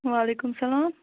وعلیکُم السلام